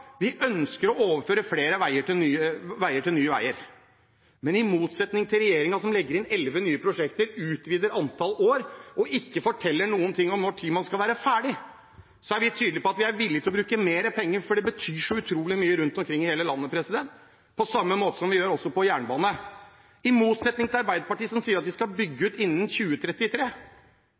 vi ønsker å overføre flere veier til Nye Veier. Men i motsetning til regjeringen – som legger inn elleve nye prosjekter, utvider antall år og ikke forteller noen ting om når man skal være ferdig – er vi tydelige på at vi er villige til å bruke mer penger, for det betyr så utrolig mye rundt omkring i hele landet, på samme måte som vi gjør det også når det gjelder jernbane. I motsetning til Arbeiderpartiet, som sier at de skal bygge ut innen 2033,